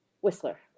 Whistler